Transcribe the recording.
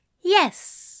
Yes